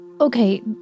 Okay